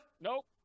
Nope